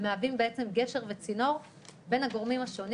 ומהווים בעצם גשר וצינור בין הגורמים השונים